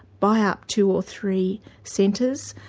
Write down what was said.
buy up two or three centres,